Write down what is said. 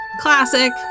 Classic